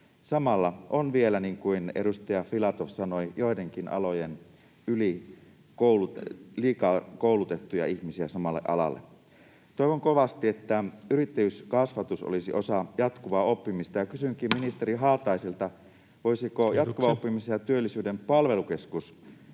aloille on vielä, niin kuin edustaja Filatov sanoi, koulutettu liikaa ihmisiä. Toivon kovasti, että yrittäjyyskasvatus olisi osa jatkuvaa oppimista, ja kysynkin ministeri Haataiselta: voisiko Jatkuvan oppimisen ja työllisyyden palvelukeskus